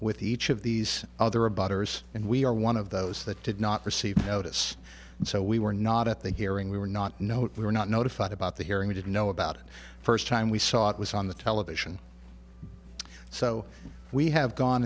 with each of these other about hers and we are one of those that did not receive notice and so we were not at that hearing we were not note we were not notified about the hearing we didn't know about it first time we saw it was on the television so we have gone